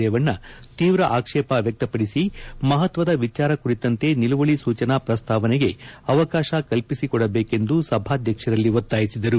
ರೇವಣ್ಣ ತೀವ್ರ ಆಕ್ಷೇಪ ವ್ಯಕ್ತಪಡಿಸಿ ಮಹತ್ವದ ವಿಚಾರ ಕುರಿತಂತೆ ನಿಲುವಳಿ ಸೂಚನಾ ಪ್ರಸ್ತಾವನೆಗೆ ಅವಕಾಶ ಕಲ್ಪಿಸಿಕೊಡಬೇಕೆಂದು ಸಭಾಧ್ಯಕ್ಷರಲ್ಲಿ ಒತ್ತಾಯಿಸಿದರು